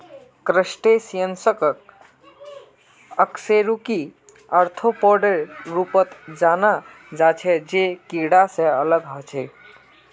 क्रस्टेशियंसक अकशेरुकी आर्थ्रोपोडेर रूपत जाना जा छे जे कीडा से अलग ह छे